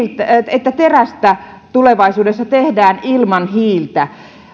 että terästä tulevaisuudessa tehdään ilman hiiltä